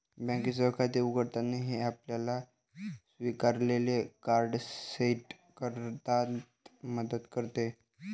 बँकेसह खाते उघडताना, हे आपल्याला स्वीकारलेले कार्ड सेट करण्यात मदत करते